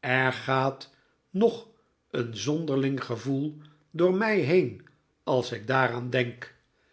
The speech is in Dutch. er gaat nog een zonderling gevoel door mij heen als ik daaraan denk